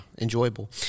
enjoyable